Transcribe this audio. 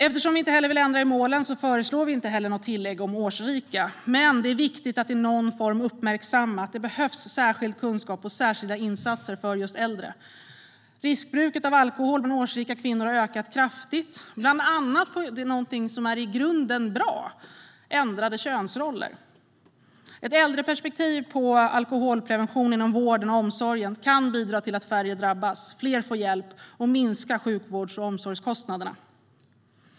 Eftersom vi inte vill ändra målen föreslår vi inte heller något tillägg om årsrika. Men det är viktigt att i någon form uppmärksamma att det behövs särskild kunskap och särskilda insatser för just äldre. Riskbruket av alkohol bland årsrika kvinnor har ökat kraftigt, bland annat beroende på någonting som i grunden är bra - ändrade könsroller. Ett äldreperspektiv på alkoholprevention inom vården och omsorgen kan bidra till att färre drabbas och fler får hjälp och till att minska sjukvårds och omsorgskostnaderna.